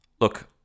look